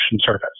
service